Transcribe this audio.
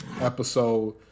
episode